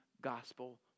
gospel